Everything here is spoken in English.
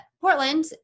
Portland